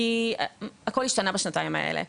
כי הכול השתנה בשנתיים האלה,